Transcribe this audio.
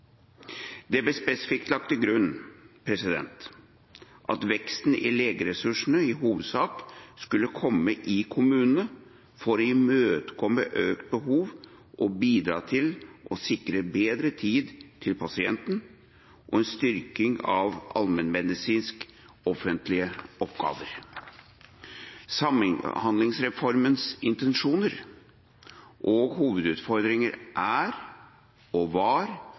Det ble spesifikt lagt til grunn at veksten i legeressursene i hovedsak skulle komme i kommunene for å imøtekomme økt behov og bidra til å sikre bedre tid til pasienten og styrke allmennmedisinske offentlige oppgaver. Samhandlingsreformens intensjoner og hovedutfordringer er og var